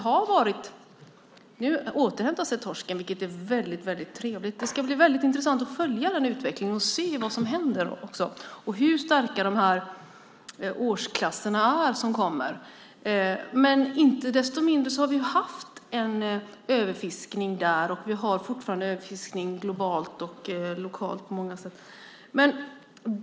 Nu återhämtar sig torsken, vilket är väldigt trevligt. Det ska bli väldigt intressant att följa den utvecklingen och se vad som händer och hur starka de årsklasser som kommer är. Men inte desto mindre har vi haft ett överfiske där, och vi har fortfarande ett överfiske globalt och lokalt på många sätt.